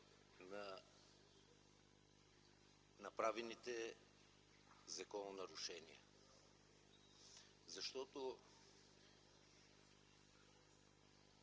на направените закононарушения. Защото